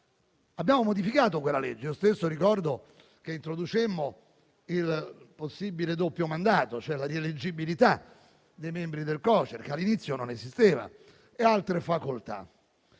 Abbiamo modificato quella legge: ricordo che introducemmo il possibile doppio mandato, ossia la rieleggibilità dei membri del Co.Ce.R, che all'inizio non esisteva, così come